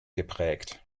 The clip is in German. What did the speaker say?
geprägt